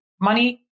money